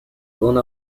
grandes